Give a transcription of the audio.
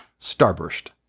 Starburst